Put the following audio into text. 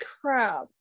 crap